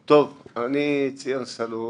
טוב, אני ציון סלהוב,